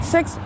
Six